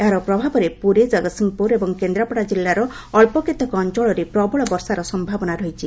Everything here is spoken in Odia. ଏହାର ପ୍ରଭାବରେ ପୁରୀ ଜଗତ୍ସିଂହପୁର ଏବଂ କେନ୍ଦ୍ରାପଡ଼ା ଜିଲ୍ଲାର ଅଳ୍ପ କେତେକ ଅଞ୍ଚଳରେ ପ୍ରବଳ ବର୍ଷାର ସମ୍ଭାବନା ରହିଛି